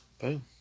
boom